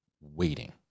waiting